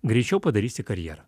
greičiau padarysi karjerą